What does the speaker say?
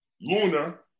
lunar